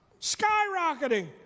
skyrocketing